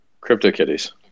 CryptoKitties